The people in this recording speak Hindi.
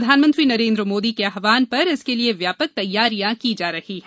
प्रधानमंत्री नरेन्द्र मोदी के आहवान पर इसके लिये व्यापक तैयारियां की जा रही हैं